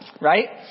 right